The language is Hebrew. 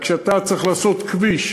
רק שכשאתה צריך לעשות כביש